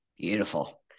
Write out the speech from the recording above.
Beautiful